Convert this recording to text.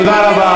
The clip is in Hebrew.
תודה רבה.